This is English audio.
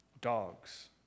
Dogs